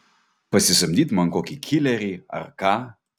pasisamdyt man kokį kilerį ar ką